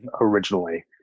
originally